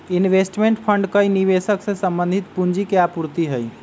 investment fund कई निवेशक से संबंधित पूंजी के आपूर्ति हई